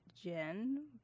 Jen